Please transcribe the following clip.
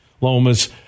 Lomas